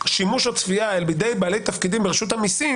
שימוש או צפייה בידי בעלי תפקידים ברשות המסים